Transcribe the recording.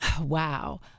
Wow